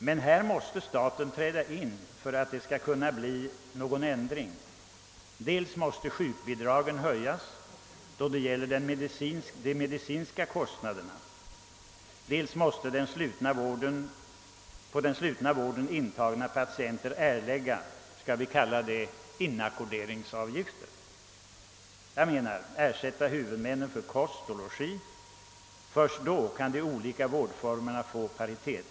Men staten måste träda in för att det skall kunna bli någon ändring. Dels måste sjukbidragen höjas då det gäller de medicinska kostnaderna, dels måste i den slutna vården intagna patienter erlägga en låt mig säga inackorderingsavgift för att ersätta huvudmännen för kost och logi. Först då kan de olika vårdformerna ges paritet.